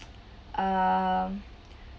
um